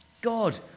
God